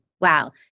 wow